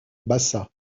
bassa